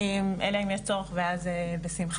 אלא אם יש צורך ואז בשמחה.